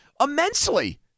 immensely